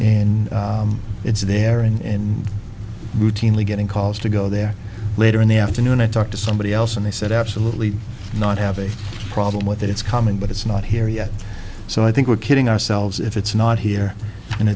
and it's there and routinely getting calls to go there later in the afternoon i talked to somebody else and they said absolutely not have a problem with it it's coming but it's not here yet so i think we're kidding ourselves if it's not here and i